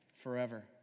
forever